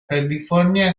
california